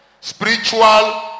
spiritual